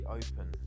open